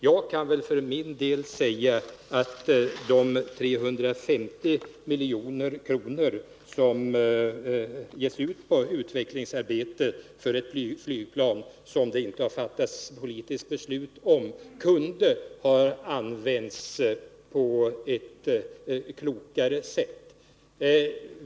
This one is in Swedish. Jag kan för min del säga att de 350 milj.kr. som ges ut på utvecklingsarbete för ett flygplan som det inte har fattats något politiskt beslut om kunde ha använts på ett . klokare sätt.